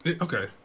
Okay